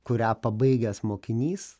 kurią pabaigęs mokinys